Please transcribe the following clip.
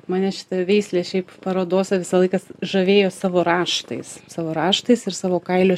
mane šita veislė šiaip parodose visą laiką žavėjo savo raštais savo raštais ir savo kailiu